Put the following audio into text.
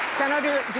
senator,